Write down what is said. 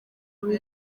muri